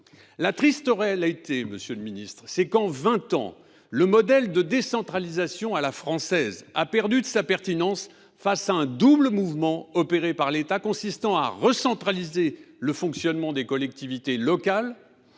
La triste réalité, monsieur le ministre, c’est qu’en vingt ans, le modèle de décentralisation à la française a perdu de sa pertinence face à un double mouvement opéré par l’État, qui a consisté à recentraliser le fonctionnement des collectivités locales